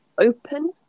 open